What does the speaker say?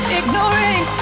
ignoring